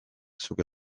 zuk